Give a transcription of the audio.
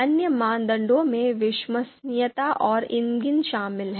अन्य मानदंडों में विश्वसनीयता और ईंधन शामिल हैं